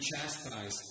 chastised